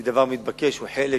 היא דבר מתבקש וחלק